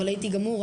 אבל הייתי גמור,